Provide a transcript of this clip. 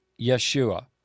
Yeshua